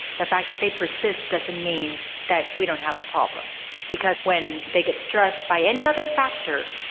the fact that they persist doesn't mean that we don't have a problem because when they get stressed by any other factor,